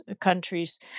countries